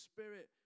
Spirit